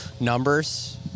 numbers